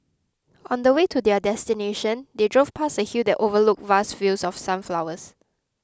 on the way to their destination they drove past a hill that overlooked vast fields of sunflowers